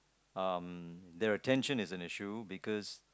um their attention is an issue because